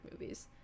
movies